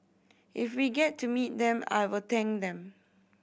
if we get to meet them I will thank them